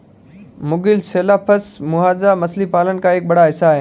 मुगिल cephalus मुहाना मछली पालन का एक बड़ा हिस्सा है